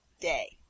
day